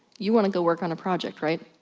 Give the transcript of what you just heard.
you wanna go work on a project right?